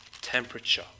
temperature